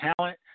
talent